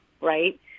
right